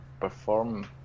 perform